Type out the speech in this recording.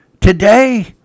today